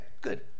good